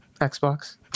Xbox